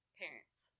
parents